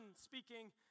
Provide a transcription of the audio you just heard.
speaking